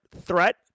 threat